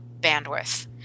bandwidth